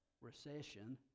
recession